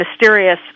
mysterious